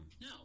No